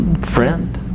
friend